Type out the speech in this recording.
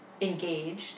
engaged